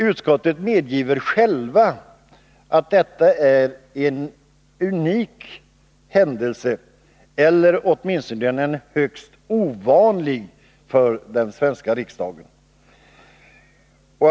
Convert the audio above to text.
Utskottet medger att detta är en unik händelse eller åtminstone en högst ovanlig händelse för den svenska riksdagen.